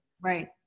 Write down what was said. Right